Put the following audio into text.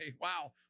wow